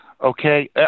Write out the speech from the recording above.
Okay